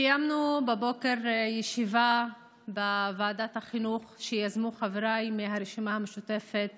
קיימנו בבוקר ישיבה בוועדת החינוך שיזמו חבריי מהרשימה המשותפת